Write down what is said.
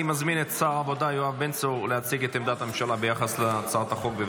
אני מזמין את השר העבודה בן צור להציג את עמדת הממשלה ביחס להצעת החוק.